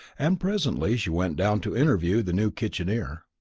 and presently she went down to interview the new kitcheneer.